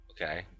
Okay